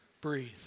Breathe